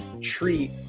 treat